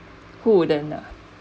who wouldn't ah